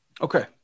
Okay